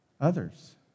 others